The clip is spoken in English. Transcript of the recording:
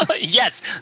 Yes